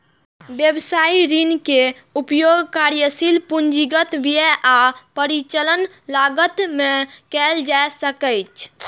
व्यवसायिक ऋण के उपयोग कार्यशील पूंजीगत व्यय आ परिचालन लागत मे कैल जा सकैछ